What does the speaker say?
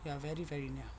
ya very very near